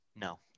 No